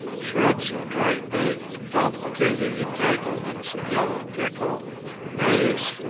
shreds of dried beef, complicated entanglements of yellow pickle maize,